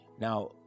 Now